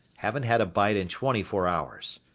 haven't had a bite in twenty four hours.